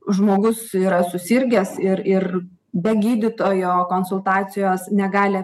žmogus yra susirgęs ir ir be gydytojo konsultacijos negali